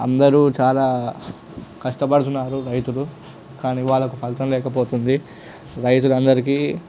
అందరూ చాలా కష్టపడుతున్నారు రైతులు కానీ వాళ్ళకు ఫలితం లేకపోతుంది రైతులందరికీ